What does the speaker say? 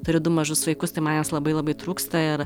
turiu du mažus vaikus tai man jos labai labai trūksta ir